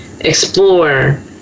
explore